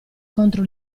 contro